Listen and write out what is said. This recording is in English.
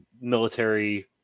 military